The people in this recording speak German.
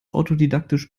autodidaktisch